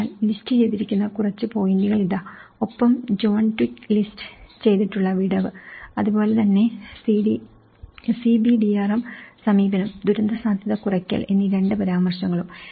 അതിനാൽ ലിസ്റ്റുചെയ്തിരിക്കുന്ന കുറച്ച് പോയിന്റുകൾ ഇതാ ഒപ്പം ജോൺ ട്വിഗ്ഗ് ലിസ്റ്റ് ചെയ്തിട്ടുള്ള വിടവ് അതുപോലെ തന്നെ CBDRM സമീപനം ദുരന്തസാധ്യത കുറയ്ക്കൽ എന്നീ രണ്ട് പരാമർശങ്ങളും